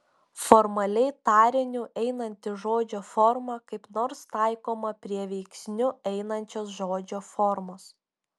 formaliai tariniu einanti žodžio forma kaip nors taikoma prie veiksniu einančios žodžio formos